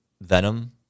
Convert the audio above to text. Venom